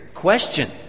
question